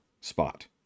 spot